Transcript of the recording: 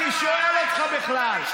מי שואל אותך בכלל?